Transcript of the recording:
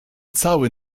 cały